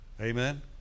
Amen